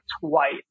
twice